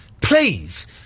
please